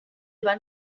van